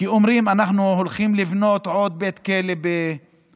כי אומרים: אנחנו הולכים לבנות עוד בית כלא במג'ידו.